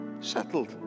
Settled